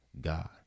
God